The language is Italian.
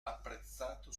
apprezzato